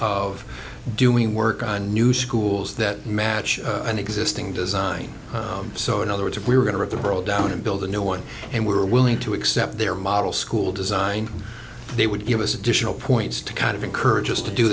of doing work on a new schools that match an existing design so in other words if we were going to rid the world down and build a new one and we were willing to accept their model school design they would give us additional points to kind of encourage us to do